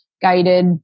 guided